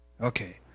Okay